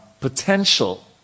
potential